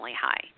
high